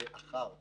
לאחר המבצע.